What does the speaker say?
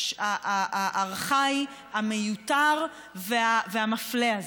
הארכאי, המיותר והמפלה הזה.